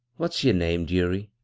what's yer name, dearie?